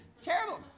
Terrible